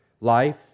life